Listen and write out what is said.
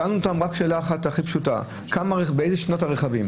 שאלנו אותם רק שאלה הכי פשוטה, באיזה שנים הרכבים?